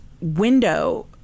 window